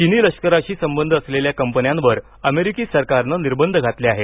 चिनी लष्कराशी संबंध असलेल्या कंपन्यांवर अमेरिकी सरकारनं निर्बंध घातले आहेत